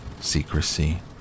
secrecy